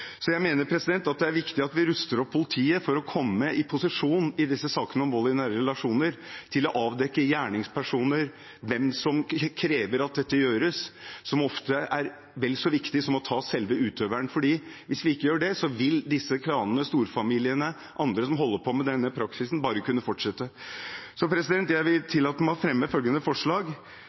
så viktig som å ta selve utøveren. Hvis vi ikke gjør det, vil disse klanene, storfamiliene og andre som holder på med denne praksisen, bare kunne fortsette. Jeg tillater meg å fremme følgende løse forslag